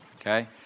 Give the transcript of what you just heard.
okay